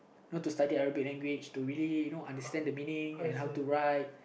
not to study Arabic language to really you know understand the meaning and how to write